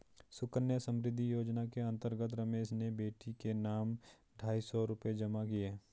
सुकन्या समृद्धि योजना के अंतर्गत रमेश ने बेटी के नाम ढाई सौ रूपए जमा किए